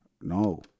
no